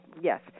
yes